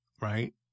right